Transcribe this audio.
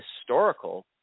Historical